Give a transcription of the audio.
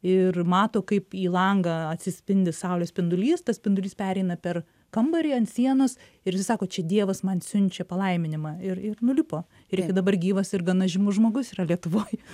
ir mato kaip į langą atsispindi saulės spindulys tas spindulys pereina per kambarį ant sienos ir jisai sako čia dievas man siunčia palaiminimą ir ir nulipo ir dabar gyvas ir gana žymus žmogus yra lietuvoj